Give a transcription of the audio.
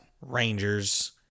Rangers